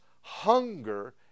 hunger